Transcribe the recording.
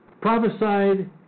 prophesied